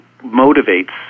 motivates